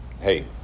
hey